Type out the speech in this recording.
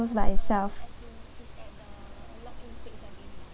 close by itself